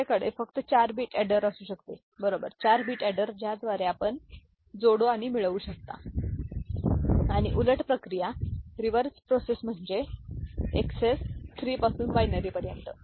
दुसर्याकडे फक्त 4 bit adder असू शकते बरोबर 4 बिट अॅडर ज्याद्वारे आपण जोडू आणि मिळवू शकता आणि उलट प्रक्रिया रिव्हर्स प्रोसेस म्हणजे एक्सएस 3 पासून बायनरीपर्यंत